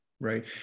Right